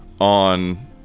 on